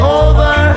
over